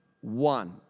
one